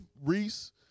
Reese